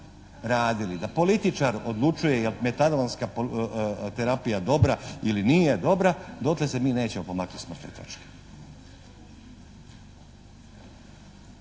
radili da političar odlučuje je li Metadonska terapija dobra ili nije dobra dotle se mi nećemo pomaknuti s mrtve